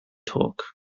torque